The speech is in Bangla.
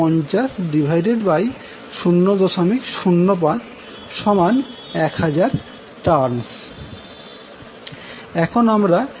তাহলে N1500051000টার্নস এখন আমরা kVA রেটিং জানি